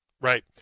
right